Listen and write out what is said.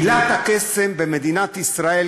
מילת הקסם במדינת ישראל,